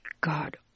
God